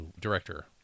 director